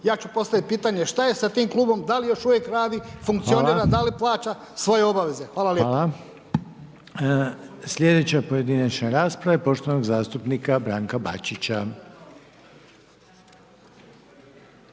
ja ću postaviti pitanje šta je sa tim klubom, da li još uvijek radi, funkcionira, da li plaća svoje obaveze? Hvala lijepa. **Reiner, Željko (HDZ)** Hvala. Sljedeća pojedinačna rasprava je poštovanog zastupnika Branka Bačića.